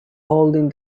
holding